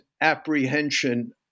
apprehension